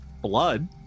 blood